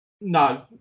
No